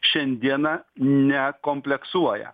šiandieną nekompleksuoja